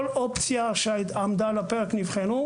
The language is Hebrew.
כל אופציה שעמדה על הפרק נבחנה.